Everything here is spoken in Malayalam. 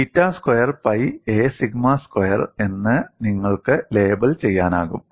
beta square pi a sigma square എന്ന് നിങ്ങൾക്ക് ലേബൽ ചെയ്യാനാകും